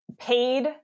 paid